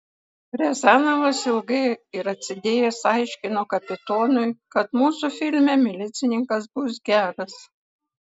riazanovas ilgai ir atsidėjęs aiškino kapitonui kad mūsų filme milicininkas bus geras